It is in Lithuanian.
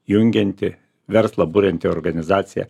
jungianti verslą burianti organizacija